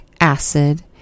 acid